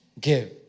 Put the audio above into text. give